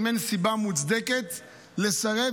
אם אין סיבה מוצדקת לסרב,